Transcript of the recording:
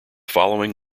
following